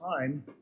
time